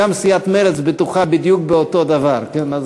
סיעת הבית היהודי זו סיעה שלדעתי כולם,